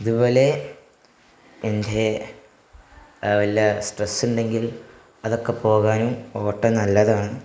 ഇതുപോലെ എൻ്റെ വല്ല സ്ട്രെസ്സുണ്ടെങ്കിൽ അതൊക്കെ പോകാനും ഓട്ടം നല്ലതാണ്